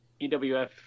EWF